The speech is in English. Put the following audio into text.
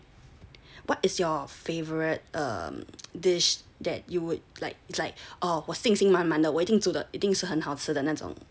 what is your favourite dish that you would like it's like orh 我信心满满的的一定是很好吃的那种